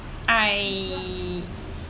I